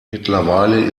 mittlerweile